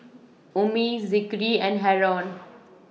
Ummi Zikri and Haron